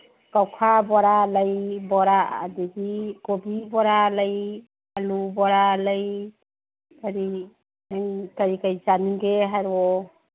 ꯀꯧꯈꯥ ꯕꯣꯔꯥ ꯂꯩ ꯕꯣꯔꯥ ꯑꯗꯒꯤ ꯀꯣꯕꯤ ꯕꯣꯔꯥ ꯂꯩ ꯑꯂꯨ ꯕꯣꯔꯥ ꯂꯩ ꯀꯔꯤ ꯀꯔꯤ ꯆꯥꯅꯤꯡꯒꯦ ꯍꯥꯏꯔꯛꯑꯣ